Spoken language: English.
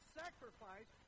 sacrifice